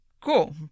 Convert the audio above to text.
cool